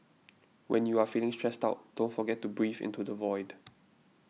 when you are feeling stressed out don't forget to breathe into the void